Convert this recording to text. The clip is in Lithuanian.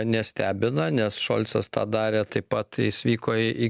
nestebina nes šolcas tą darė taip pat jis vyko į